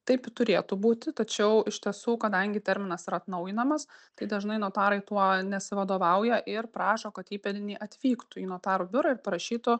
taip ir turėtų būti tačiau iš tiesų kadangi terminas yra atnaujinamas tai dažnai notarai tuo nesivadovauja ir prašo kad įpėdiniai atvyktų į notarų biurą ir parašytų